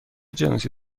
جنسی